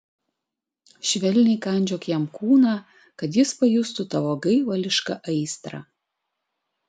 švelniai kandžiok jam kūną kad jis pajustų tavo gaivališką aistrą